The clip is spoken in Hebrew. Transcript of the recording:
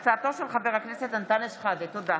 תודה.